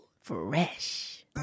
Fresh